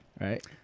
Right